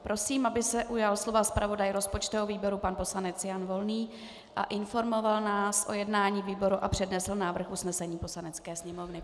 Prosím, aby se ujal slova zpravodaj rozpočtového výboru pan poslanec Jan Volný, informoval nás o jednání výboru a přednesl návrh usnesení Poslanecké sněmovny.